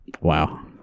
Wow